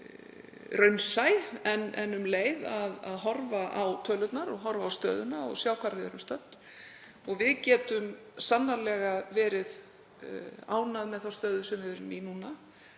raunsæ en horfa um leið á tölurnar og horfa á stöðuna og sjá hvar við erum stödd. Við getum sannarlega verið ánægð með þá stöðu sem við erum í núna.